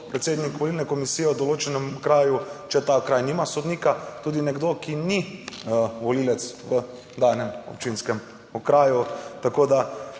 predsednik volilne komisije v določenem kraju, če ta okraj nima sodnika, tudi nekdo, ki ni volivec v danem občinskem okraju. Mislim,